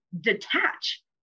detach